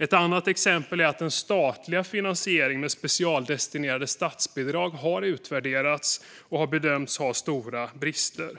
Ett annat exempel är att den statliga finansieringen, med specialdestinerade statsbidrag, har utvärderats och bedömts ha stora brister.